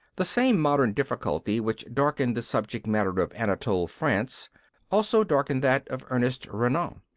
the same modern difficulty which darkened the subject-matter of anatole france also darkened that of ernest renan.